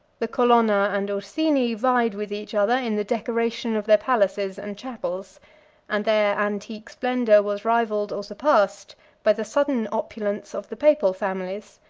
the colonna and ursini vied with each other in the decoration of their palaces and chapels and their antique splendor was rivalled or surpassed by the sudden opulence of the papal families.